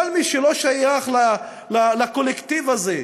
כל מי שלא שייך לקולקטיב הזה,